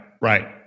Right